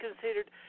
considered